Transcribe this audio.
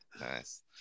Nice